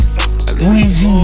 Weezy